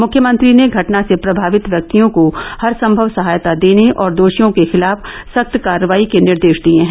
मुख्यमंत्री ने घटना से प्रमावित व्यक्तियों को हर सम्भव सहायता देने और दोषियों के खिलाफ सख्त कार्रवाई के निर्देश दिए हैं